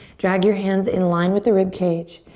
drag your hands in line with the rib cage.